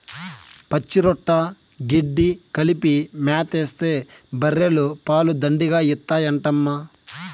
పచ్చిరొట్ట గెడ్డి కలిపి మేతేస్తే బర్రెలు పాలు దండిగా ఇత్తాయంటమ్మా